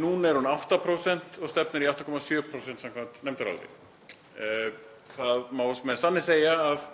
Núna er hún 8% og stefnir í 8,7% samkvæmt nefndaráliti. Það má með sanni segja að